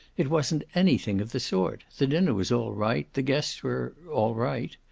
it wasn't anything of the sort. the dinner was all right. the guests were all right.